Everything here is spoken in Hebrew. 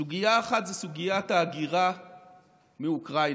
סוגיה אחת היא סוגיית ההגירה מאוקראינה